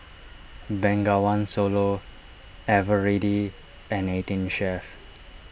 Bengawan Solo Eveready and eighteen Chef